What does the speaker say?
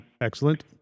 Excellent